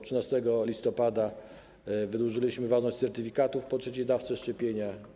13 listopada wydłużyliśmy ważność certyfikatów po trzeciej dawce szczepienia.